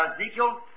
Ezekiel